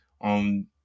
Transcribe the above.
on